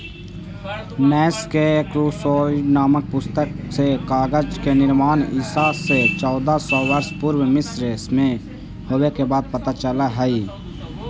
नैश के एकूसोड्स् नामक पुस्तक से कागज के निर्माण ईसा से चौदह सौ वर्ष पूर्व मिस्र में होवे के बात पता चलऽ हई